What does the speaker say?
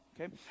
okay